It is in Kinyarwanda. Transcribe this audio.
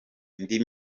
indi